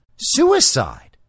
Suicide